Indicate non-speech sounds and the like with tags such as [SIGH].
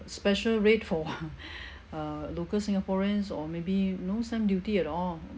special rate for [BREATH] uh local singaporeans or maybe no stamp duty at all